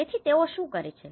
તેથી તેઓ શું કરે છે